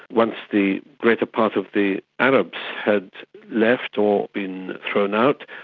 once the greater part of the arabs had left or been thrown out,